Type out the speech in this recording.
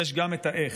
יש גם את ה"איך"